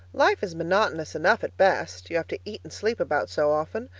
life is monotonous enough at best you have to eat and sleep about so often.